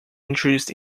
introduced